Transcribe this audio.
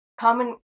Common